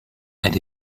elle